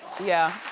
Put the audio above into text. yeah.